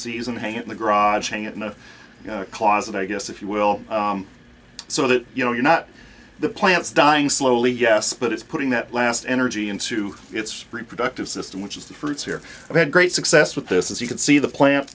season hang it in the garage hang it in a closet i guess if you will so that you know you're not the plants dying slowly yes but it's putting that last energy into its reproductive system which is the fruits here i've had great success with this as you can see the plant